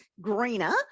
greener